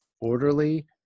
orderly